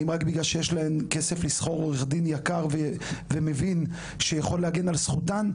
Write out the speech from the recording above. האם רק בגלל שיש להם כסף לשכור עורך-דין יקר שיכול להגן על זכותן?